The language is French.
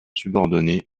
subordonnée